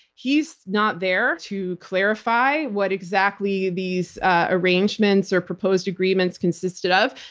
he's not there to clarify what exactly these ah arrangements or proposed agreements consisted of.